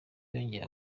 yongeye